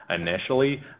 initially